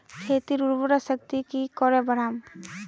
खेतीर उर्वरा शक्ति की करे बढ़ाम?